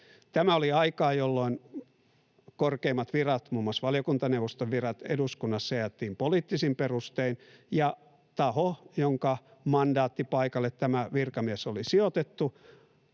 Tämä oli aikaa, jolloin korkeimmat virat, muun muassa valiokuntaneuvosten virat, jaettiin eduskunnassa poliittisin perustein, ja taho, jonka mandaattipaikalle tämä virkamies oli sijoitettu,